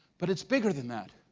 but it's bigger than that,